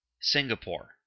Singapore